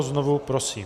Znovu, prosím.